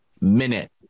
minute